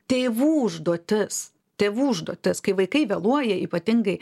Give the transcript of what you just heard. tėvų užduotis tėvų užduotis kai vaikai vėluoja ypatingai